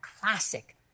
classic